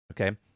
Okay